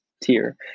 tier